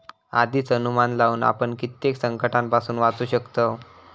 आधीच अनुमान लावुन आपण कित्येक संकंटांपासून वाचू शकतव